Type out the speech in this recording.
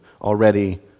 Already